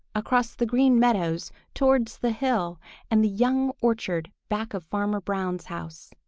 across the green meadows towards the hill and the young orchard back of farmer brown's house.